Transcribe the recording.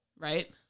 Right